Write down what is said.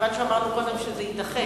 קודם שהוא יידחה.